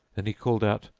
then he called out,